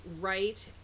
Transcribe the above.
right